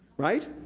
right?